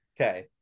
Okay